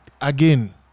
Again